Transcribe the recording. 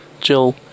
jill